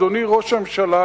אדוני ראש הממשלה,